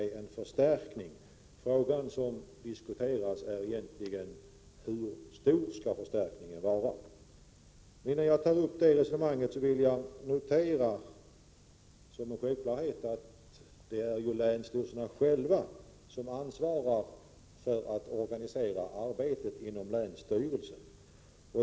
Den fråga som diskuteras är närmast hur stor förstärkningen skall vara. Innan jag tar upp ett resonemang om detta vill jag notera den självklarheten att länsstyrelserna själva ansvarar för uppgiften att organisera arbetet inom länsstyrelserna.